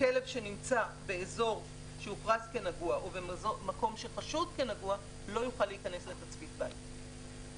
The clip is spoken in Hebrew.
שכלב שנמצא באזור שהוכרז כנגוע או כחשוד לא יוכל להיכנס לתצפית בית.